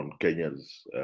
Kenya's